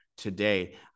Today